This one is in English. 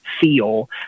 feel